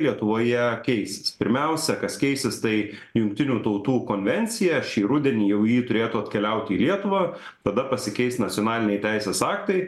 lietuvoje keisis pirmiausia kas keisis tai jungtinių tautų konvencija šį rudenį jau ji turėtų keliauti į lietuvą tada pasikeis nacionaliniai teisės aktai